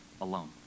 alone